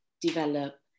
develop